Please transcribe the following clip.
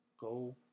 Go